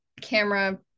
camera